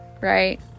Right